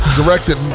directed